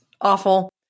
awful